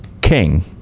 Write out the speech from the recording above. King